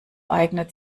eignet